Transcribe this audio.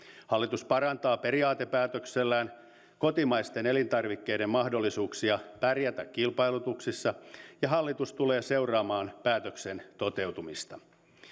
hallitus parantaa periaatepäätöksellään kotimaisten elintarvikkeiden mahdollisuuksia pärjätä kilpailutuksissa ja hallitus tulee seuraamaan päätöksen toteutumista